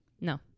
No